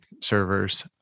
servers